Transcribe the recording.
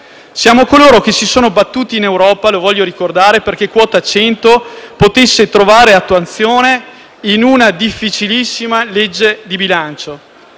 Siamo coloro che si sono battuti in Europa - lo voglio ricordare - perché quota 100 potesse trovare attuazione in una difficilissima legge di bilancio.